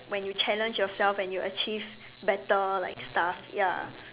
when you challenge yourself and you achieve better like stuff ya